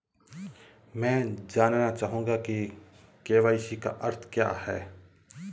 मैं जानना चाहूंगा कि के.वाई.सी का अर्थ क्या है?